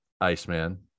iceman